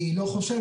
אני לא חושב,